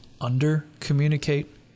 under-communicate